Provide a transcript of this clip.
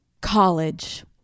college